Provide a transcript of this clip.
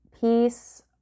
peace